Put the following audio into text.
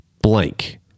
blank